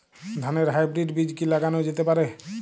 ধানের হাইব্রীড বীজ কি লাগানো যেতে পারে?